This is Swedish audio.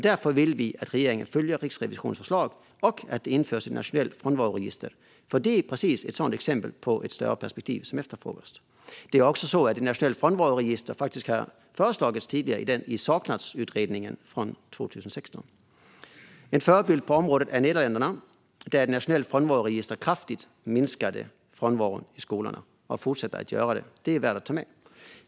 Därför vill vi att regeringen följer Riksrevisionens förslag och att det införs ett nationellt frånvaroregister - för det är just ett exempel på ett sådant större perspektiv. Ett nationellt frånvaroregister har faktiskt tidigare föreslagits av Saknadutredningen 2016. En förebild på området är Nederländerna där ett nationellt frånvaroregister kraftigt har minskat frånvaron i skolorna.